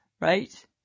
Right